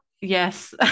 Yes